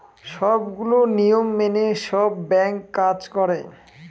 সবগুলো নিয়ম মেনে সব ব্যাঙ্ক কাজ করে